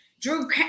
Drew